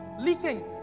leaking